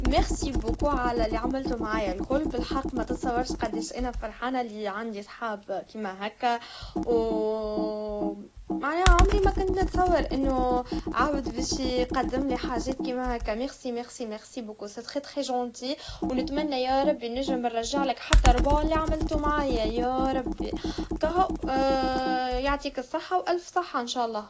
شكراً جزيلاً على اللي عملته معايا الكل, بالحق متتصورش أنا قديش فرحانا اللي عندي صحاب كيما هكا, و معناها عمري ما كنت نتصور إنه عبد باش يقدملي حاجات كيما هكا, شكراً شكراً شكراً جزيلاً, هذا لطف كبير جداً جداً, بتمنى ياا رب ننجم منرجعلك حتى ربعه اللي عملتوا معايا يا ربي, كهو- يعطيك الصحا وألف صحا انشالله.